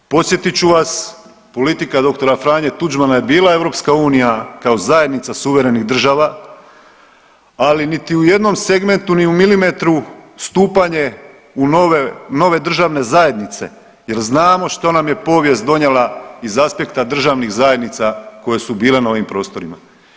Podsjetit ću vas politika dr. Franje Tuđmana je bila EU kao zajednica suverenih država, ali niti u jednom segmentnu ni u milimetru stupanje u nove, nove državne zajednice jer znamo što nam je povijest donijela iz aspekta državnih zajednica koje su bile na ovim prostorima.